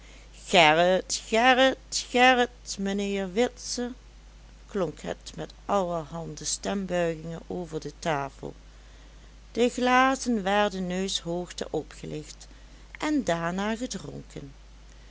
mijnheer witse klonk het met allerhande stembuiging over de tafel de glazen werden neushoogte opgelicht en daarna gedronken